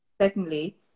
Secondly